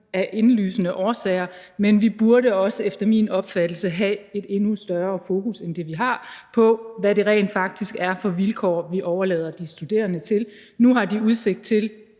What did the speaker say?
af indlysende årsager, men vi burde også efter min opfattelse have et endnu større fokus, end vi har, på, hvad det rent faktisk er for vilkår, vi overlader de studerende til. Nu har de udsigt til